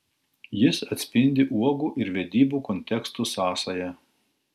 jis atspindi uogų ir vedybų kontekstų sąsają